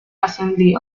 assembly